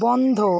বন্ধ